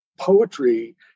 poetry